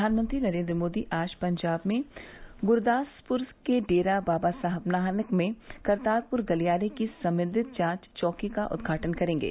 प्रधानमंत्री नरेन्द्र मोदी आज पंजाब में ग्रूदासप्र के डेरा बाबा नानक में करतारपुर गलियारे की समन्वित जांच चौकी का उद्घाटन करेंगे